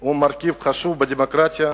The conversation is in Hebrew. היא מרכיב חשוב בדמוקרטיה,